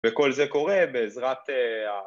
‫וכל זה קורה בעזרת...